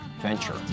venture